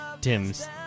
Tim's